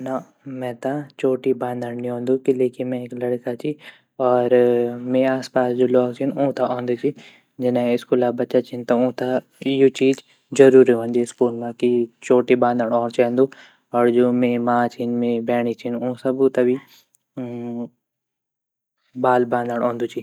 ना मेते चोटी बानदण्ड नि औन्दु किलेकी मै लड़का ची पर मेरा आसपास जू ल्वॉक छिन उते औन्दु ची जने स्कूला बच्चा छिन ता उते यु चीज़ ज़रूरी वोन्दि स्कूल मा की स्कूल मा छोटी बानदण्ड औंद चैन्दु अर जू मेरी माँ ची अर मेरी बहन छिन ऊ सबू ते भी बाल बानदण्ड औन्दु ची।